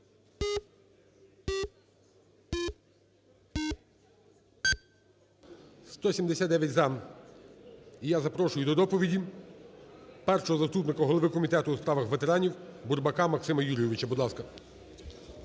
За-179 І я запрошую до доповіді першого заступника голови Комітету у справах ветеранівБурбака Максима Юрійовича.